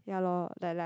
ya lor like like